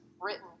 written